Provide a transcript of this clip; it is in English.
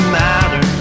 matter